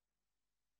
טוב.